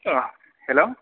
hello